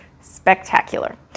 spectacular